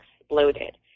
exploded